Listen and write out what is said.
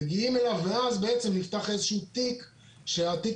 מגיעים אליו ואז בעצם נפתח איזשהו תיק שהתיק